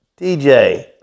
DJ